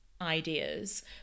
ideas